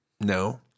No